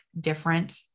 different